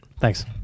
Thanks